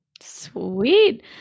Sweet